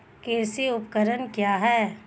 कृषि उपकरण क्या है?